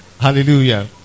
Hallelujah